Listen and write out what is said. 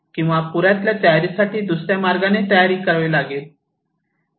किंवा पूरातल्या तयारीसाठी दुसर्या मार्गाने तयारी करावी लागेल